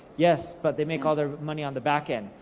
yes, but they make all their money on the backend.